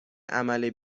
عمل